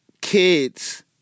kids